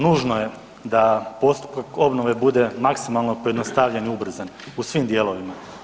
Nužno je da postupak obnove bude maksimalno pojednostavljen i ubrzan, u svim dijelovima.